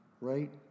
right